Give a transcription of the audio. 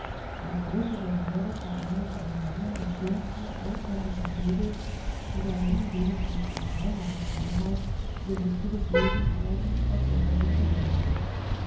eine große volire vereinigt eine menge der schönsten ausländischen vögel die darin wenigstens in scheinbarer freiheit ihr lustiges wesen treiben als wären sie